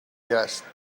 guest